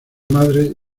madre